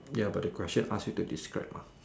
ya but the question ask you to describe mah